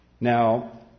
Now